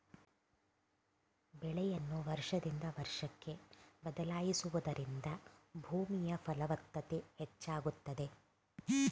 ಬೆಳೆಯನ್ನು ವರ್ಷದಿಂದ ವರ್ಷಕ್ಕೆ ಬದಲಾಯಿಸುವುದರಿಂದ ಭೂಮಿಯ ಫಲವತ್ತತೆ ಹೆಚ್ಚಾಗುತ್ತದೆ